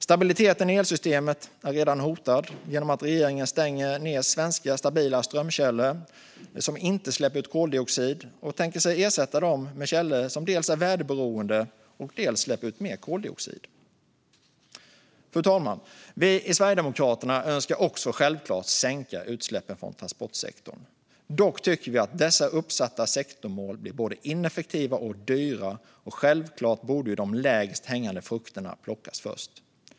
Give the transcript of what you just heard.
Stabiliteten i elförsörjningen är redan hotad genom att regeringen stänger ned svenska stabila strömkällor som inte släpper ut koldioxid och tänker sig att ersätta dem med källor som dels är väderberoende och dels släpper ut mer koldioxid. Fru talman! Vi i Sverigedemokraterna önskar självklart också sänka utsläppen från transportsektorn. Dock tycker vi att dessa uppsatta sektorsmål blir både ineffektiva och dyra. Självfallet borde de lägst hängande frukterna plockas först.